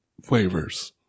flavors